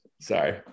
sorry